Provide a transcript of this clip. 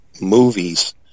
movies